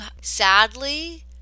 sadly